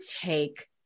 take